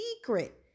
secret